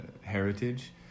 heritage